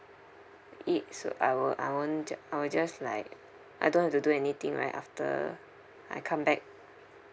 i~ so I'll I won't ju~ I'll just like I don't have to do anything right after I come back